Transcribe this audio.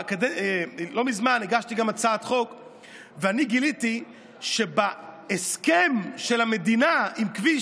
לא מזמן הגשתי הצעת חוק וגיליתי שבהסכם של המדינה עם כביש